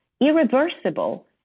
irreversible